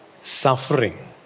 suffering